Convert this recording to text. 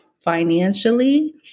financially